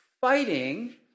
fighting